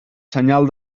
senyal